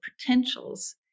potentials